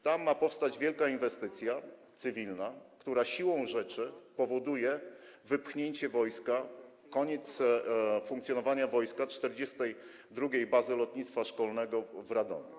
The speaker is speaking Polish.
Tam ma powstać wielka inwestycja cywilna, która siłą rzeczy powoduje wypchnięcie wojska, oznacza koniec funkcjonowania wojska, 42. Bazy Lotnictwa Szkolnego w Radomiu.